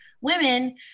women